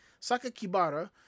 Sakakibara